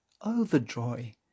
overjoy